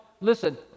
listen